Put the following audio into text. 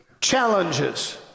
challenges